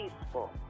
peaceful